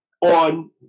on